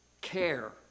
care